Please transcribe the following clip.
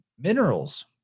Minerals